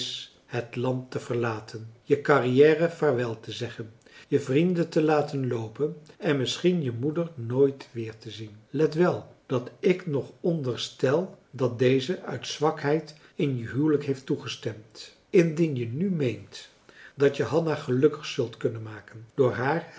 het land te verlaten je carrière vaarwel te zeggen je vrienden te laten loopen en misschien je moeder nooit weertezien let wel dat ik nog onderstel dat deze uit zwakheid in je huwelijk heeft toegestemd indien je nu meent dat je hanna gelukkig zult kunnen maken door haar